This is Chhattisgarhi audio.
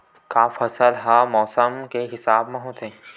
का फसल ह मौसम के हिसाब म होथे?